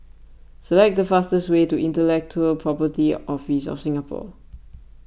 select the fastest way to Intellectual Property Office of Singapore